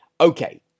Okay